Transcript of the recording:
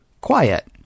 quiet